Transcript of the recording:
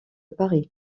paris